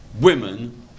Women